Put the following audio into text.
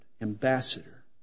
ambassador